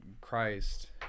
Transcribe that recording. Christ